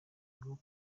bwo